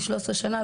בתום 13 שנות עבודה,